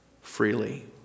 freely